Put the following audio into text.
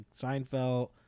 Seinfeld